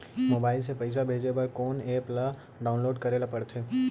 Mobile से पइसा भेजे बर कोन एप ल डाऊनलोड करे ला पड़थे?